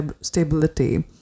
stability